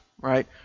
right